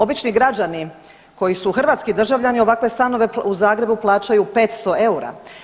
Obični građani koji su hrvatski državljani ovakve stanove u Zagrebu plaćaju 500 eura.